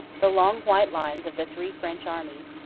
the long white lines of the three french armies,